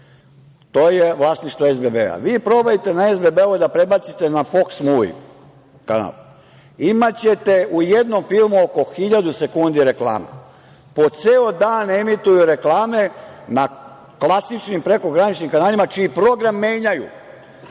to je vlasništvo SBB. Vi probajte na SBB-u da prebacite na FOX Movies kanal, imaćete u jednom filmu oko hiljadu sekundi reklama, po ceo dan emituju reklame, na klasičnim prekograničnim kanalima čiji program menjaju